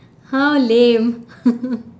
!huh! lame